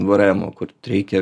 vėrėemo kur reikia